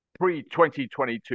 pre-2022